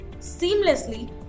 seamlessly